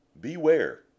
Beware